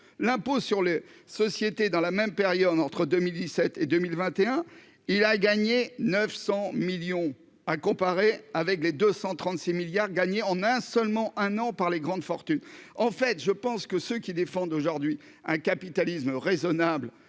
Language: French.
l'impôt sur les sociétés, dans la même période entre 2017 et 2021, il a gagné 900 millions à comparer avec les 236 milliards gagnés, on a seulement un an par les grandes fortunes, en fait, je pense que ceux qui défendent aujourd'hui un capitalisme raisonnable,